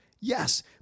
Yes